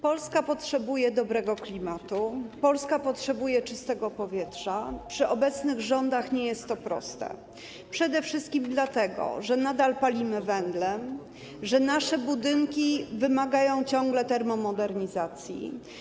Polska potrzebuje dobrego klimatu, Polska potrzebuje czystego powietrza, co przy obecnych rządach nie jest proste - przede wszystkim dlatego, że nadal palimy węglem, że nasze budynki ciągle wymagają termomodernizacji.